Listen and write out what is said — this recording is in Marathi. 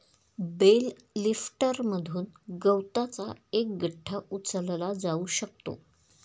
बेल लिफ्टरमधून गवताचा एक गठ्ठा उचलला जाऊ शकतो